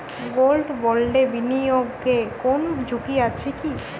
Gold বন্ডে বিনিয়োগে কোন ঝুঁকি আছে কি?